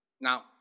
Now